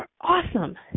awesome